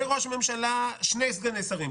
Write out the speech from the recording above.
לראש הממשלה שני סגני שרים.